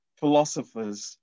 philosophers